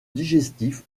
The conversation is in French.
digestif